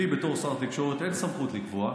לי בתור שר תקשורת אין סמכות לקבוע,